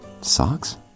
socks